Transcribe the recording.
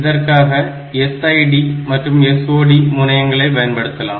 இதற்காக SID மற்றும் SOD முனையங்களை பயன்படுத்தலாம்